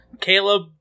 Caleb